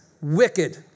wicked